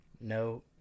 No